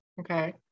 Okay